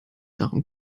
darum